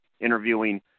interviewing